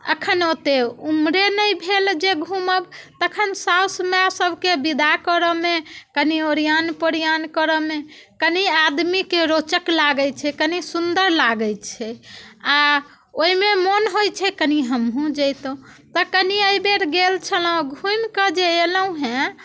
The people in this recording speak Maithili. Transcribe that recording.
अखन ओतेक उमरे नहि भेल जे घूमब तखन साउस माय सबके विदा करऽमे कनि ओरिआओन पोरिआओन करऽ मे कनि आदमीकेँ रोचक लागैत छै कनि सुन्दर लागैत छै आ ओहिमे मन होइत छै कनि हमहुँ जइतौ तऽ कनि एहि बेर गेल छलहुँ घूमिके जे अयलहुँ हँ